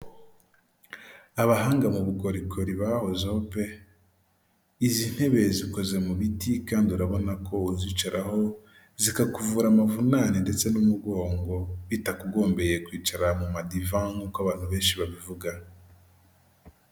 Abahanga mu bukorikori bahozeho pe! Izi ntebe zikoze mu biti kandi urabona ko uzicaraho zikakuvura amavunane ndetse n'umugongo, bitakugombeye kwicara mu madiva, nk'uko abantu benshi babivuga.